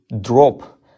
drop